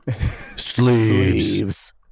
Sleeves